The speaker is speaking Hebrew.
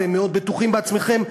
אתם מאוד בטוחים בעצמכם.